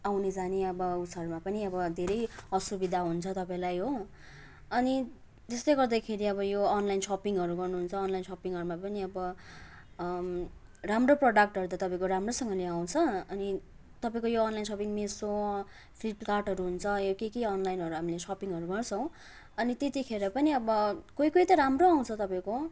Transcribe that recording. आउने जाने अब उसहरूमा पनि अब धेरै असुविधा हुन्छ तपाईँलाई हो अनि जस्तै गर्दाखेरि अब यो अनलाइन सपिङहरू गर्नुहुन्छ अनलाइन सपिङहरूमा पनि अब राम्रो प्रडक्टहरू त तपाईँको राम्रोसँगले आउँछ अनि तपाईँको यो अनलाइन सपिङ मेसो फ्लिपकार्टहरू हुन्छ यो के के अनलाइनहरू हामीले सपिङहरू गर्छौँ अनि त्यतिखेर पनि अब कोही कोही त राम्रो आउँछ तपाईँको